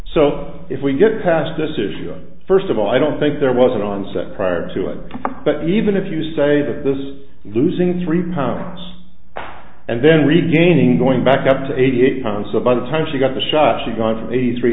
so if we get past this issue first of all i don't think there was an onset prior to it but even if you say that this is losing three pounds and then really gaining going back up to eighty eight pounds so by the time she got the shot she gone from eighty three